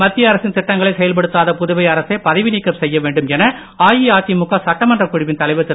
மத்திய அரசின் திட்டங்களை செயல்படுத்தாத புதுவை அரசை பதவிநீக்கம் செய்ய வேண்டும் என அஇஅதிமுக சட்டமன்ற குழுவின் தலைவர் திரு